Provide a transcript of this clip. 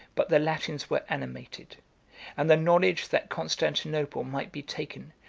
but the latins were animated and the knowledge that constantinople might be taken,